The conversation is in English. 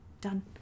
Done